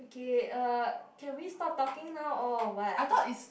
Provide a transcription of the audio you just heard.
okay uh can we stop talking now or what